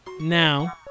Now